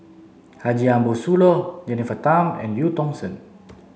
Haji Ambo Sooloh Jennifer Tham and Eu Tong Sen